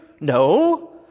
No